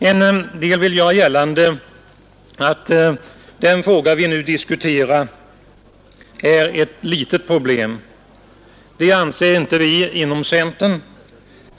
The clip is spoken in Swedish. En del vill göra gällande att den fråga vi nu diskuterar är ett litet problem. Det anser inte vi inom centern.